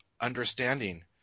understanding